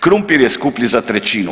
Krumpir je skuplji za trećinu.